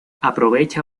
aprovecha